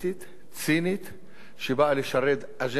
שבאה לשרת אג'נדה של ראש הממשלה,